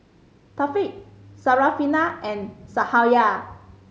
Thaqif Syarafina and Cahaya